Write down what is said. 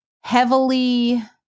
heavily